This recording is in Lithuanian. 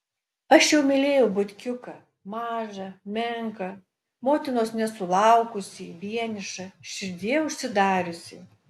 aš jau mylėjau butkiuką mažą menką motinos nesulaukusį vienišą širdyje užsidariusį